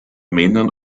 männern